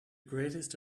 greatest